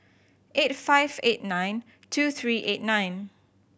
eight five eight nine two three eight nine